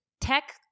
tech